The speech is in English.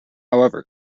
however